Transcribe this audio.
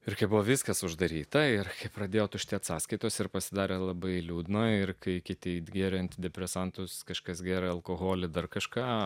irgi buvo viskas uždaryta ir pradėjo tuštėti sąskaitos ir pasidarė labai liūdna ir kai kiti it gėrė antidepresantus kažkas gera alkoholi dar kažką